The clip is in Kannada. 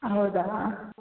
ಹೌದಾ